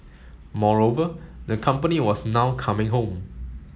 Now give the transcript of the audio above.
moreover the company was now coming home